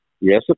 Yes